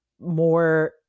more